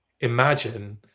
Imagine